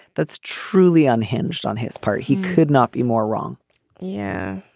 that's truly unhinged on his part. he could not be more wrong yeah.